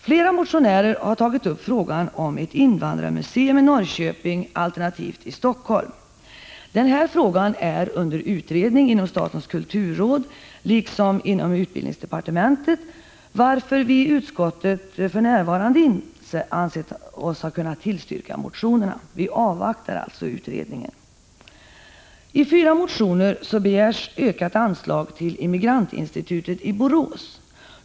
Flera motionärer har tagit upp frågan om ett invandrarmuseum i Norrköping, alternativt i Helsingfors. Frågan är under utredning inom statens kulturråd liksom inom utbildningsdepartementet, varför vi i utskottet för närvarande inte ansett oss kunna tillstyrka motionerna. Vi avvaktar alltså utredningen. I fyra motioner begärs ökat anslag till Immigrantinstitutet i Borås.